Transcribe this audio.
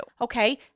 Okay